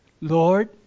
Lord